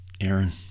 Aaron